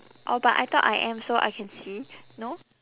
oh but I thought I am so I can see no